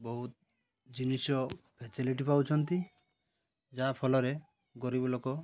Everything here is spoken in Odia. ବହୁତ ଜିନିଷ ଫେସିଲିଟି ପାଉଛନ୍ତି ଯାହାଫଳରେ ଗରିବ ଲୋକ